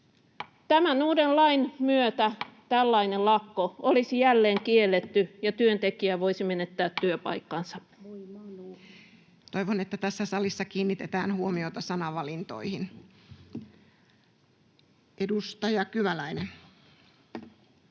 Tämän uuden lain myötä tällainen lakko olisi jälleen kielletty ja työntekijä voisi menettää työpaikkansa. [Aino-Kaisa Pekonen: Voi Manu!] Toivon, että tässä salissa kiinnitetään huomiota sanavalintoihin. — Edustaja Kymäläinen.